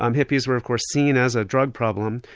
um hippies were of course seen as a drug problem,